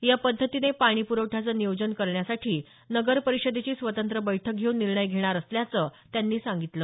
या पध्दतीने पाणी पुरवठ्याचं नियोजन करण्यासाठी नगर परिषदेची स्वतंत्र बैठक घेऊन निर्णय घेणार असल्याचं त्यांनी सांगितलं